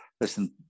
listen